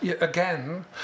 again